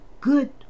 good